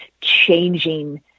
changing